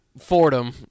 Fordham